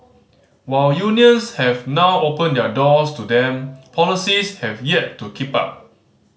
while unions have now opened their doors to them policies have yet to keep up